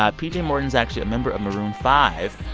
ah pj and morton is actually a member of maroon five,